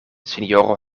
sinjoro